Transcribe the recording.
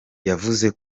yavuze